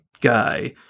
guy